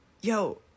Yo